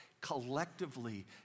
collectively